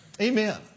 Amen